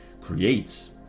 creates